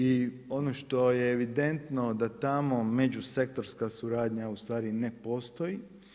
I ono što je evidentno da tamo međusektorska suradnja ustvari ne postoji.